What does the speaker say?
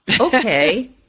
okay